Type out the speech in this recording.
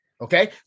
Okay